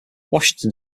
washington